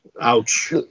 ouch